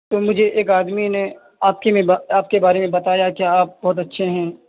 وہ مجھے ایک آدمی نے آپ کی آپ کے بارے میں بتایا کہ آپ بہت اچھے ہیں